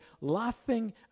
laughing